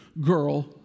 girl